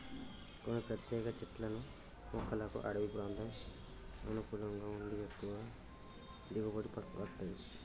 కొన్ని ప్రత్యేక చెట్లను మొక్కలకు అడివి ప్రాంతం అనుకూలంగా ఉండి ఎక్కువ దిగుబడి వత్తది